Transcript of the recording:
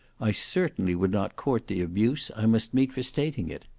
i certainly would not court the abuse i must meet for stating it.